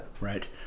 Right